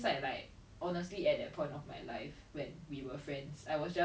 ya but like I don't know why is like she wasn't actively finding or like